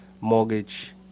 mortgage